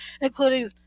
including